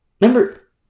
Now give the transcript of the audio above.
Remember